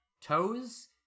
Toes